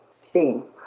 seeing